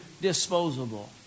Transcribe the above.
disposable